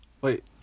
Wait